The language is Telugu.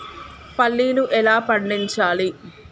పల్లీలు ఎలా పండించాలి?